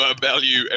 value